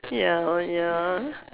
ya oh ya